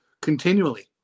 continually